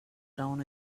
town